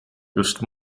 just